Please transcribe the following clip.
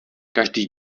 každý